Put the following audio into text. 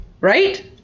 Right